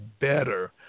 better